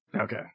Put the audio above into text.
Okay